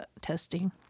testing